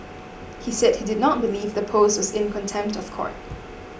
he said he did not believe the post was in contempt of court